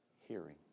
hearing